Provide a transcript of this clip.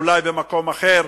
אולי במקום אחר.